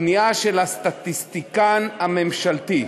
פנייה של הסטטיסטיקן הממשלתי,